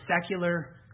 secular